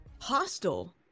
...hostile